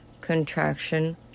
Contraction